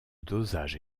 dosages